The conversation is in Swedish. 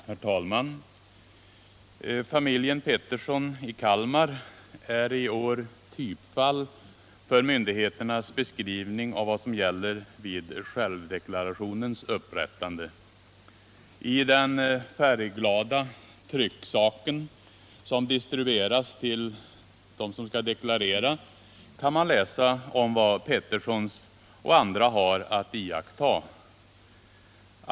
Herr talman! Familjen Pettersson i Kalmar är i år typfall för myndigheternas beskrivning av vad som gäller vid självdeklarationens upprättande. I den färgglada trycksaken, som distribueras till dem som skall deklarera, kan man läsa om vad Pettersson och andra har att iaktta.